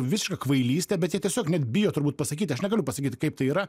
visiška kvailystė bet jie tiesiog net bijo turbūt pasakyti aš negaliu pasakyt kaip tai yra